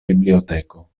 biblioteko